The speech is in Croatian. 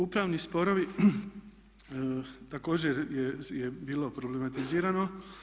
Upravni sporovi također je bilo problematizirano.